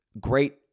Great